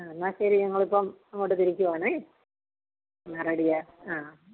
ആ എന്നാ ശരി ഞങ്ങൾ ഇപ്പം അങ്ങോട്ട് തിരിക്കുവാണേ ആ റെഡിയാ ആ